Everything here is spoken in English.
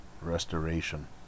restoration